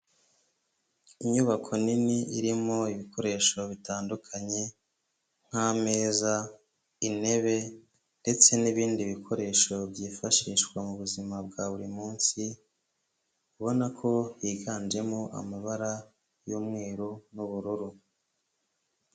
Inyubako nini irimo ibikoresho bitandukanye, nk'ameza, intebe, ndetse n'ibindi bikoresho byifashishwa mu buzima bwa buri munsi, ubona ko higanjemo amabara y'umweru n'ubururu.